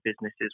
businesses